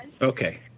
Okay